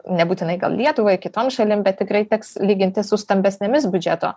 nebūtinai gal lietuvai kitom šalim tikrai teks lyginti su stambesnėmis biudžeto